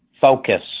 focus